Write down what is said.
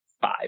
Five